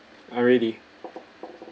all ready